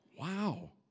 wow